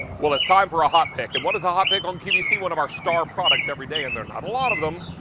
it's time for a hot pick, and what is a hot pick on qvc? one of our star product every day in there's not a lot of them,